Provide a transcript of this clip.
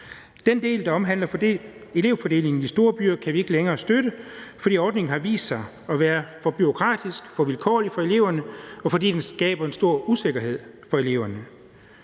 Den del, der omhandler elevfordelingen i de store byer, kan vi ikke længere støtte, fordi ordningen har vist sig at være for bureaukratisk, for vilkårlig for eleverne, og fordi den skaber en stor usikkerhed for eleverne.